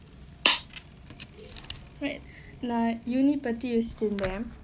நான் இவங்கள பத்தி யோசிச்சுட்டு இருந்தேன்:naan ivangala pathi yosichuttu irunthaen